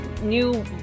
new